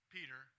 Peter